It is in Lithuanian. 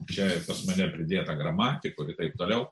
čia pas mane pridėta gramatikų ir taip toliau